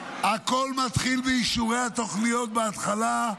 הכול מתחיל באישורי התוכניות בהתחלה.